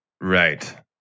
Right